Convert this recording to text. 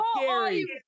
Gary